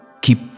keep